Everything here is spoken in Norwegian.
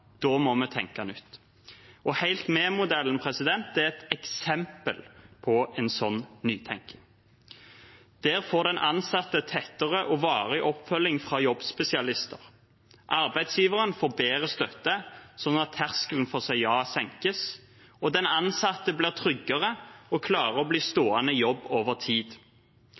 Da må vi tenke nytt. Og Helt Med-modellen er et eksempel på en sånn nytenking. Der får den ansatte tettere og varig oppfølging av jobbspesialister. Arbeidsgiveren får bedre støtte sånn at terskelen for å si ja senkes, og den ansatte blir tryggere og klarer å bli stående i jobb over tid.